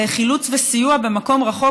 לחילוץ וסיוע במקום רחוק,